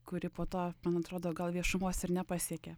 kuri po to ten atrodo gal viešumos ir nepasiekė